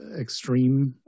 extreme